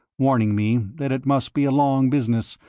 warning me that it must be a long business,